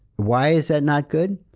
why is that not good?